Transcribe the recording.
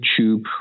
YouTube